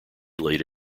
late